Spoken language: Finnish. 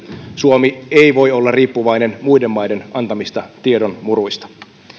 suomi ei voi olla riippuvainen muiden maiden antamista tiedonmuruista